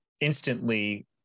instantly